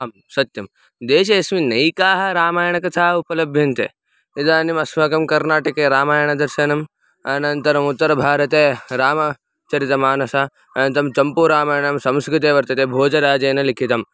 आं सत्यं देशे अस्मिन् नैकाः रामायणकथाः उपलभ्यन्ते इदानीमस्माकं कर्नाटके रामायणदर्शनम् अनन्तरम् उत्तरभारते रामचरितमानस् अनन्तरं चम्पूरामायणं संस्कृते वर्तते भोजराजेन लिखितं